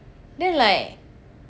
then like